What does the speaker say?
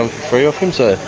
um free off him, so